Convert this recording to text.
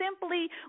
simply